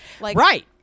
Right